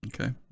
okay